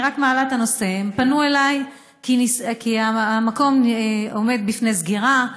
הם פנו אליי, כי המקום עומד בפני סגירה.